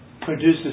produces